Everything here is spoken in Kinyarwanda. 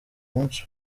munsi